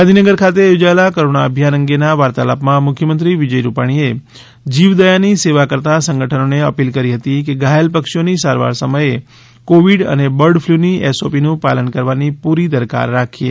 ગાંધીનગર ખાતે યોજાયેલા કરુણા અભિયાન અંગેના વાર્તાલાપમાં મુખ્યમંત્રી વિજય રૂપાણીએ જીવદયાની સેવા કરતાં સંગઠનોને અપીલ કરી હતી કે ઘાયલ પક્ષીઓની સારવાર સમયે કોવિડ અને બર્ડફ્લુની ડાંકનું પાલન કરવાની પૂરી દરકાર રાખીએ